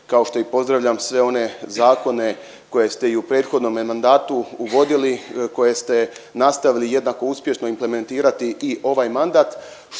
kao što i pozdravljam sve one zakone koje ste i u prethodnome mandatu uvodili, koje ste nastavili jednako uspješno implementirati i ovaj mandat